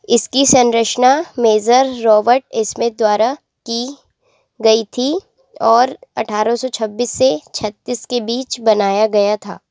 इसकी संरचना major Robert Smith द्वारा की गई थी और अठारह सौ छब्बीस से छत्तीस के बीच बनाया गया था